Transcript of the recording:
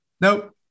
nope